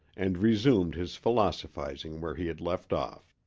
and resumed his philosophizing where he had left off.